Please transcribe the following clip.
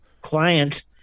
client